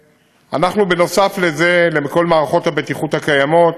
נוסף לזה, בכל מערכות הבטיחות הקיימות